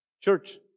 Church